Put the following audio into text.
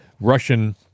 Russian